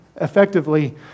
effectively